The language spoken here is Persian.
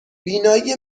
بینایی